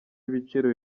ibiciro